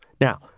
Now